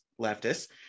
leftists